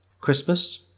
Christmas